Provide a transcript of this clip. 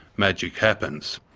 magic happens.